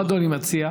מה אדוני מציע?